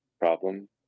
problem